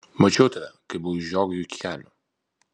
mačiau tave kai buvai žiogui iki kelių